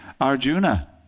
Arjuna